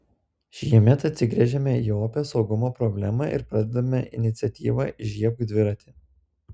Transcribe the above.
šiemet atsigręžėme į opią saugumo problemą ir pradedame iniciatyvą įžiebk dviratį